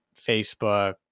Facebook